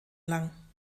lang